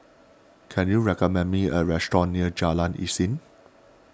can you recommend me a restaurant near Jalan Isnin